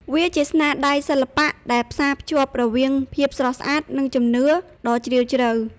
វាជាស្នាដៃសិល្បៈដែលផ្សារភ្ជាប់រវាងភាពស្រស់ស្អាត និងជំនឿដ៏ជ្រាលជ្រៅ។